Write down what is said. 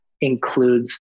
includes